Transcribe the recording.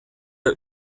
der